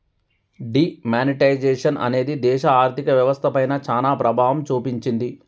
D monetisation అనేది దేశ ఆర్ధిక వ్యవస్థ పైన చానా ప్రభావం చూపించింది